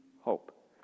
hope